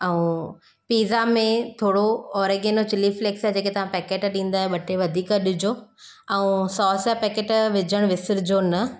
ऐं पिज़ा में थोरो ऑरिगेनो चिली फ्लेक्स जेके तव्हां पैकेट ॾींदा ॿ टे वधीक ॾिजो ऐं सॉस जा पैकेट विझणु विसरिजो न